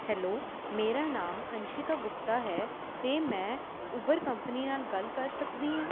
hello ਮੇਰਾ ਨਾਮ ਅੰਸ਼ਿਕਾ ਗੁਪਤਾ ਹੈ ਅਤੇ ਮੈਂ ਉਬਰ ਕੰਪਨੀ ਨਾਲ ਗੱਲ ਕਰ ਸਕਦੀ ਹਾਂ